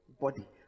body